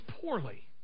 poorly